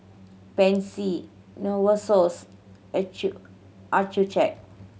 Pansy Novosource Accucheck